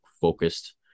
focused